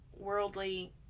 worldly